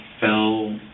fell